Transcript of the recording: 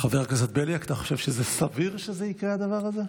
חבר הכנסת בליאק, אתה חושב שסביר שיקרה הדבר הזה?